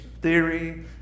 theory